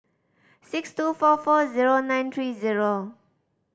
six two four four zero nine three zero